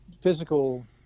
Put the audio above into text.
physical